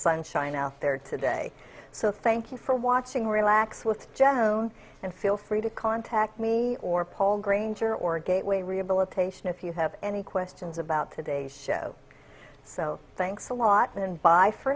sunshine out there today so thank you for watching relax with joan and feel free to contact me or paul granger or gateway rehabilitation if you have any questions about today's show so thanks a lot and bye for